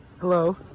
Hello